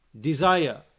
desire